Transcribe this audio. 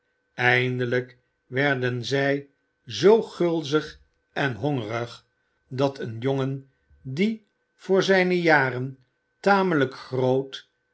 eindelijk werden zij zoo gulzig en hongerig dat een jongen die voor zijne jaren tamelijk groot